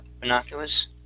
binoculars